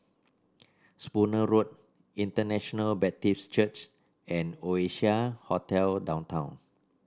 Spooner Road International Baptist Church and Oasia Hotel Downtown